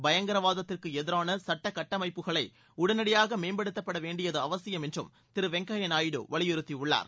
பயங்கரவாதத்திற்கு எதிரான சுட்ட கட்டமைப்புகளை உடனடியாக மேம்படுத்த வேண்டியது அவசியம் என்றும் திரு வெங்கையா நாயுடு வலியுறுத்தியுள்ளார்